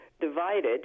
divided